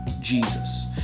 Jesus